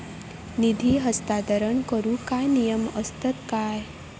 निधी हस्तांतरण करूक काय नियम असतत काय?